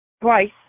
twice